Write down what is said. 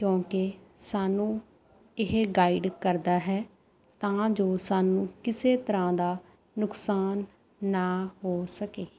ਕਿਉਂਕਿ ਸਾਨੂੰ ਇਹ ਗਾਈਡ ਕਰਦਾ ਹੈ ਤਾਂ ਜੋ ਸਾਨੂੰ ਕਿਸੇ ਤਰ੍ਹਾਂ ਦਾ ਨੁਕਸਾਨ ਨਾ ਹੋ ਸਕੇ